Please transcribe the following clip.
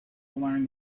learn